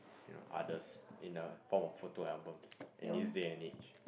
you know others in a form of photo albums in this day and age